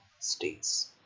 states